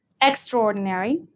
extraordinary